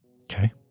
Okay